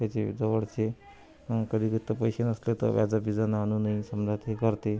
त्याचे जवळचे कधी एकतर पैसे नसतात तर व्याजा गिजानं आणूनही समजा ते करते